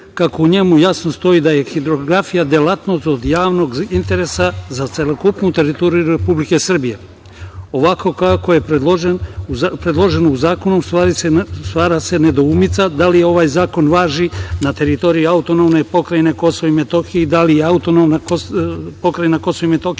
kako u njemu jasno stoji da je hidrografija delatnost od javnog interesa za celokupnu teritoriju Republike Srbije. Ovako kako je predloženo u zakonu stvara se nedoumica da li ovaj zakon važi na teritoriji AP Kosovo i Metohija i da li je AP Kosovo i Metohija